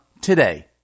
today